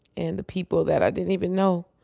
and the people that i didn't even know,